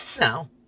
No